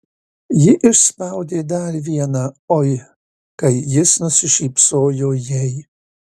ji išspaudė dar vieną oi kai jis nusišypsojo jai